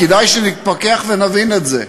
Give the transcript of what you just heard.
וכדאי שנתפכח ונבין את זה.